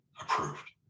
approved